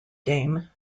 game